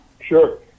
sure